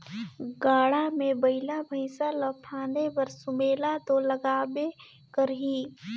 गाड़ा मे बइला भइसा ल फादे बर सुमेला दो लागबे करही